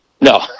No